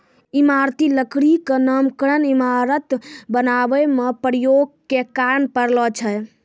इमारती लकड़ी क नामकरन इमारत बनावै म प्रयोग के कारन परलो छै